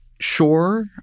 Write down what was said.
Sure